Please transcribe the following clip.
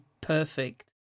perfect